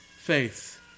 faith